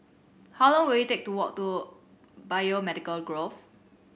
how long will it take to walk to Biomedical Grove